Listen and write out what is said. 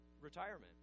retirement